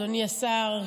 אדוני השר,